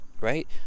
Right